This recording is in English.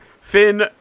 Finn